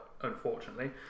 unfortunately